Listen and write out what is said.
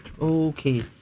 Okay